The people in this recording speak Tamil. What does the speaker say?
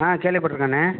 ஆ கேள்விப்பட்டுருக்கண்ணே